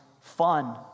fun